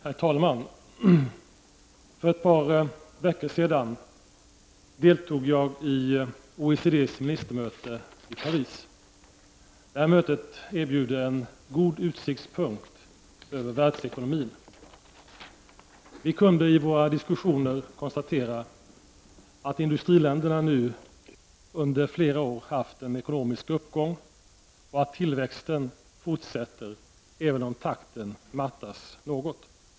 Herr talman! För ett par veckor sedan deltog jag i OECDs ministermöte i Paris. Detta möte erbjöd en god utsiktspunkt över världsekonomin. Vi kunde i våra diskussioner konstatera att industriländerna flera år haft en ekonomisk uppgång och att tillväxten fortsätter, även om takten mattas något.